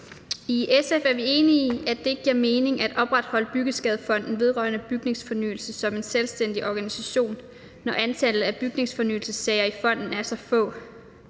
I SF er vi enige i, at det ikke giver mening at opretholde Byggeskadefonden vedrørende Bygningsfornyelse som en selvstændig organisation, når antallet af bygningsfornyelsessager i fonden er så få.